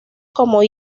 como